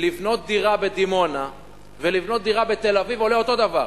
לבנות דירה בדימונה ולבנות דירה בתל-אביב עולה אותו הדבר.